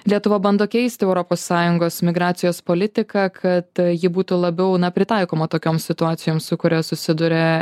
lietuva bando keisti europos sąjungos migracijos politiką kad ji būtų labiau pritaikoma tokioms situacijoms su kuria susiduria